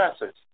message